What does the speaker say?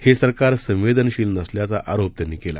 हे सरकार संवेदनशील नसल्याचा आरोप त्यांनी केला